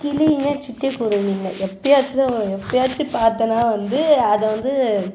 கிளியுமே சிட்டுக் குருவிங்கள் எப்பயாச்சு தான் வரும் எப்பயாச்சு பார்த்தேன்னா வந்து அதை வந்து